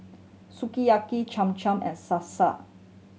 Sukiyaki Cham Cham and Sasa